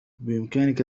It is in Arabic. بإمكانك